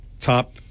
top